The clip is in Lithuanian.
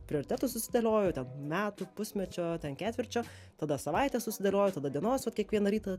prioritetus susidėlioju ten metų pusmečio ketvirčio tada savaitę susidėliju tada dienos vat kiekvieną rytą